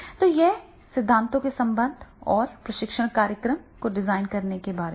तो यह सिद्धांतों के संबंध और प्रशिक्षण कार्यक्रम को डिजाइन करने के बारे में है